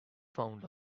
found